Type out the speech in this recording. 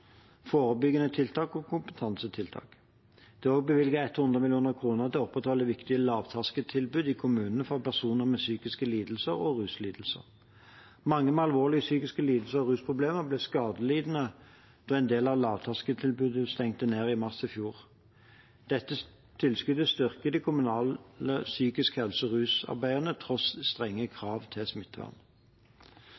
forebyggende tiltak og kompetansetiltak. Det er også bevilget 100 mill. kr til å opprettholde viktige lavterskeltilbud i kommunene for personer med psykiske lidelser og ruslidelser. Mange med alvorlige psykiske lidelser og rusproblemer ble skadelidende da en del av lavterskeltilbudet stengte ned i mars i fjor. Dette tilskuddet styrker det kommunale psykisk helse- og rusarbeidet tross strenge